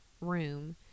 Room